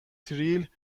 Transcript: تریل